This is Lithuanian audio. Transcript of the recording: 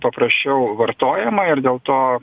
paprasčiau vartojama ir dėl to